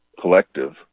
collective